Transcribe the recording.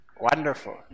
Wonderful